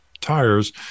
tires